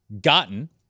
gotten